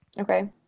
Okay